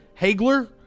Hagler